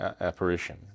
apparition